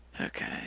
Okay